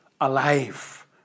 alive